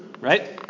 Right